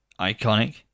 iconic